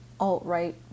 Alt-right